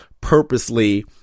purposely